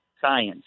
science